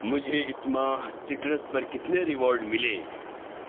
مجھے اس ماہ سٹرس پر کتنے ریوارڈ ملے